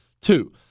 Two